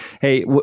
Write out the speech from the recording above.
hey